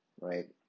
right